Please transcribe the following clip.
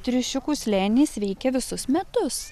triušiukų slėnis veikia visus metus